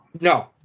No